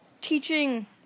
teaching